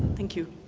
thank you.